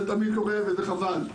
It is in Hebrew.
זה תמיד קורה וזה חבל.